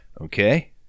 Okay